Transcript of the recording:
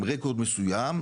עם רקורד מסוים,